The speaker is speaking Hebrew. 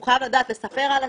הוא חייב לדעת לספר על עצמו,